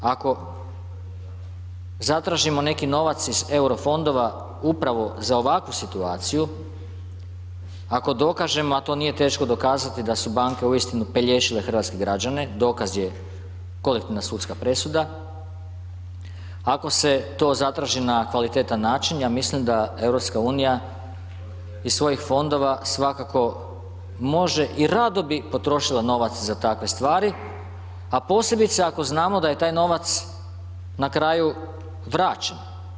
Ako zatražimo neki novac iz Euro fondova upravo za ovakvu situaciju, ako dokažemo a to nije teško dokazati da su banke uistinu pelješile hrvatske građane, dokaz je kolektivna sudska presuda, ako se to zatraži na kvalitetan način ja mislim da EU iz svojih fondova svakako može i rado bi potrošila novac za takve stvari, a posebice ako znamo da je taj novac na kraju vraćen.